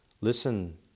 Listen